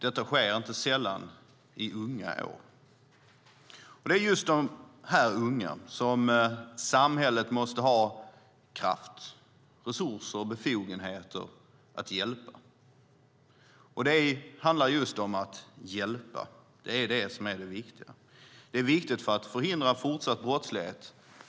Detta sker inte sällan i unga år. De är dessa unga som samhället måste ha kraft, resurser och befogenheter att hjälpa. Det handlar just om att hjälpa. Det är det viktiga. Det är viktigt för att förhindra fortsatt brottslighet.